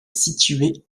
situé